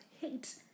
hate